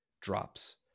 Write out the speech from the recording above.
drops